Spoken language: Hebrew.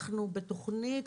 אנחנו בתוכנית